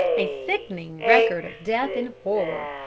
a sickening record of death and horror,